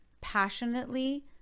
passionately